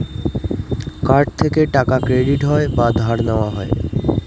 card থেকে টাকা credit হয় বা ধার নেওয়া হয়